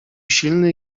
silny